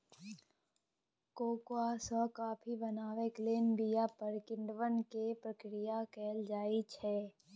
cocoa सँ coffee बनेबाक लेल बीया पर किण्वन केर प्रक्रिया कएल जाइ छै